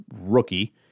rookie